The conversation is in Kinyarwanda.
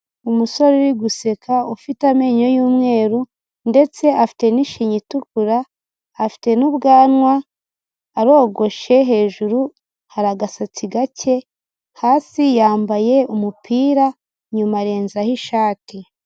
Umusore uri guseka ufite amenyo y'umweru, ndetse afite n'ishinya itukura, afite n'ubwanwa, arogoshe, hejuru hari agasatsi gake, hasi yambaye umupira, nyuma arenzaho ishati.